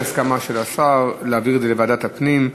יש הסכמה של השר להעביר את זה לוועדת הפנים.